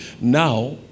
now